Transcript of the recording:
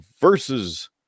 versus